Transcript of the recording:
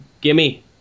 Gimme